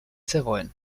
zegoen